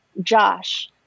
Josh